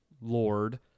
Lord